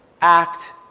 act